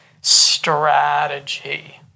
strategy